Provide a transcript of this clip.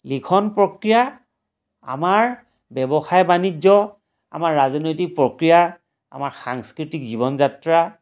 লিখন প্ৰক্ৰিয়া আমাৰ ব্যৱসায় বাণিজ্য আমাৰ ৰাজনৈতিক প্ৰক্ৰিয়া আমাৰ সাংস্কৃতিক জীৱন যাত্ৰা